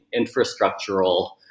infrastructural